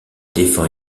défend